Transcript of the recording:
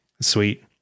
sweet